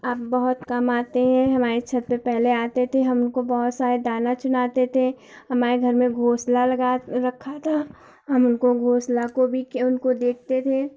अब बहुत कम आते हैं हमारे छत पे पहले आते थे हम उनको बहुत सारा दाना चुनाते थे हमारे घर में घोंसला लगा रखा था हम उनको घोंसला को भी के उनको देखते थे